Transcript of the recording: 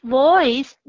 voice